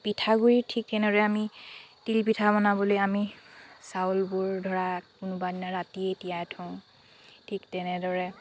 পিঠাগুড়ি ঠিক তেনেদৰে আমি তিল পিঠা বনাবলে আমি চাউলবোৰ ধৰা কোনোবাদিনা ৰাতিয়েই তিয়াই থওঁ ঠিক তেনেদৰে